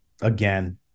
again